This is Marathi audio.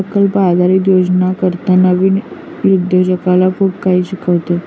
प्रकल्प आधारित उद्योजकता नवीन उद्योजकाला खूप काही शिकवते